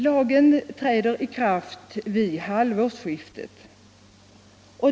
Lagen träder i kraft vid halvårsskiftet.